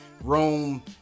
Rome